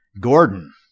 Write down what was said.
Gordon